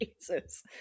Jesus